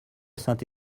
saint